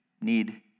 need